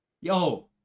Yo